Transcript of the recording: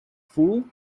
fool